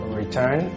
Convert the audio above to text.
return